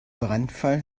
brandfall